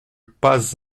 pas